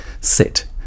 sit